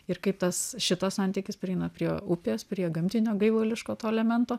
ir kaip tas šitas santykis prieina prie upės prie gamtinio gaivališko to elemento